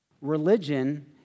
Religion